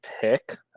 pick